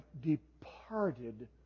departed